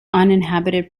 uninhabited